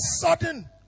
sudden